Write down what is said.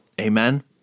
Amen